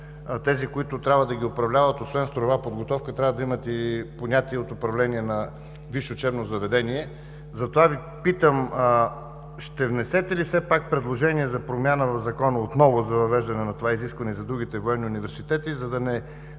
тези, които трябва да ги управляват, освен строева подготовка, трябва да имат и понятие от управление на висше учебно заведение. Затова Ви питам: ще внесете ли все пак предложение за промяна в Закона – отново за въвеждане на това изискване и за другите военни университети, за да не